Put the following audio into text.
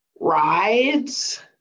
rides